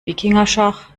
wikingerschach